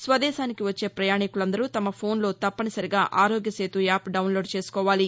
స్వదేశానికి వచ్చే ప్రయాణికులందరూ తమ ఫోన్లో తప్పనిసరిగా ఆరోగ్య సేతు యాప్ డౌన్లోడ్ చేసుకోవాలి